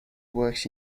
works